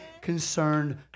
concerned